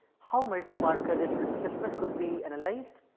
how multi marker risk assessment could be analyzed,